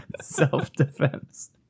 self-defense